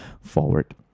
forward